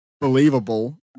believable